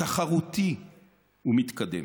תחרותי ומתקדם.